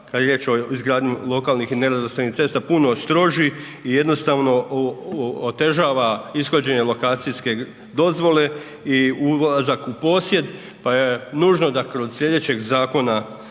kad je riječ o izgradnji lokalnih i nerazvrstanih cesta, puno stroži i jednostavno otežava ishođenje lokacijske dozvole i ulazak u posjed, pa je nužno da kod slijedećeg zakona,